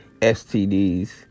STDs